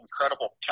incredible